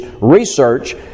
research